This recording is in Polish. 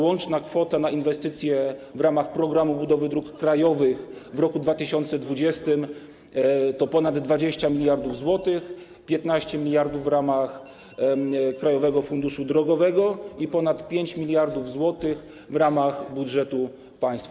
Łączna kwota na inwestycje w ramach programu budowy dróg krajowych w roku 2020 to ponad 20 mld zł - 15 mld w ramach Krajowego Funduszu Drogowego i ponad 5 mld zł w ramach budżetu państwa.